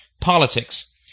politics